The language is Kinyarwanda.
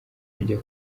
kujya